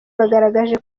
bagaragaje